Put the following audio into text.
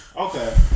Okay